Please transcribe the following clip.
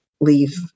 leave